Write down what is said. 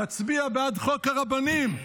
נצביע בעד חוק הרבנים.